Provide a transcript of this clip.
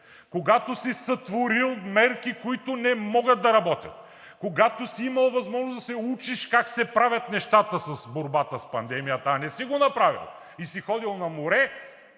когато си сътворил мерки, които не могат да работят, когато си имал възможност да се учиш как се правят нещата в борбата с пандемията, а не си го направил и си ходил на море,